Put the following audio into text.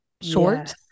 short